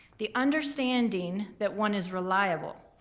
the understanding that one is reliable.